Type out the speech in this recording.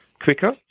quicker